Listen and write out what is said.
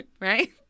Right